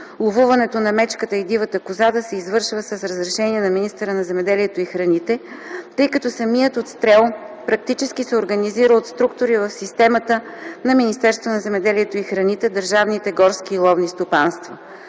ловуването на мечката и дивата коза да се извършва с разрешение на министъра на земеделието и храните, тъй като самият отстрел практически се организира от структури в системата на Министерство на земеделието и храните – Държавните горски и ловни стопанства.